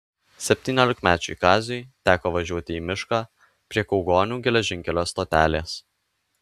septyniolikmečiui kaziui teko važiuoti į mišką prie kaugonių geležinkelio stotelės